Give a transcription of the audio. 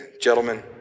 gentlemen